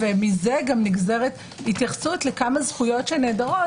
מזה גם נגזרת התייחסות לכמה זכויות שנעדרות.